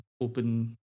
open